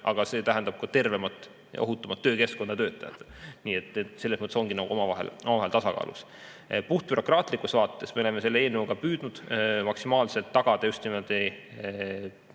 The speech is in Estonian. aga see tähendab ka tervemat ja ohutumat töökeskkonda töötajatele. Nii et selles mõttes ongi need omavahel tasakaalus. Puhtbürokraatlikus vaates me oleme selle eelnõuga püüdnud maksimaalselt tagada just nimelt